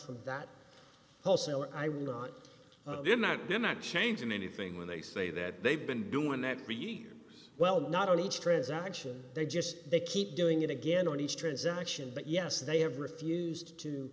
wholesale i will not they're not they're not changing anything when they say that they've been doing that b e well not only each transaction they just they keep doing it again on each transaction but yes they have refused to